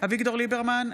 אביגדור ליברמן,